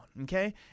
okay